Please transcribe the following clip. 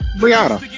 brianna